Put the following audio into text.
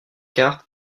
cartes